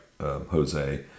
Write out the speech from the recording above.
jose